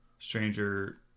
stranger